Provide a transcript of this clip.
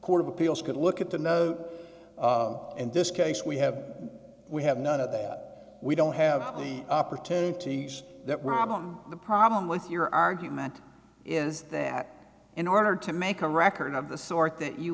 court of appeals could look at the note and this case we have we have none of that we don't have the opportunities that were i'm the problem with your argument is that in order to make a record of the sort that you